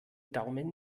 daumen